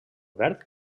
verd